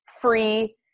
free